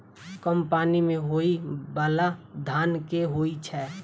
कम पानि मे होइ बाला धान केँ होइ छैय?